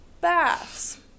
baths